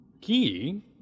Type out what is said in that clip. Key